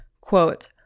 Quote